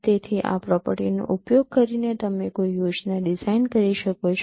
તેથી આ પ્રોપર્ટીનો ઉપયોગ કરીને તમે કોઈ યોજના ડિઝાઇન કરી શકો છો